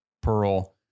Pearl